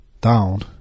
down